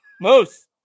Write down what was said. Moose